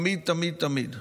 תמיד תמיד תמיד,